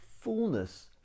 fullness